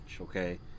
okay